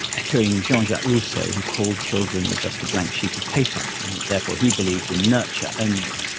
echoing jean-jacques rousseau who called children just a blank sheet of paper and that therefore he believed in nurture only.